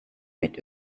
mit